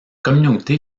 communauté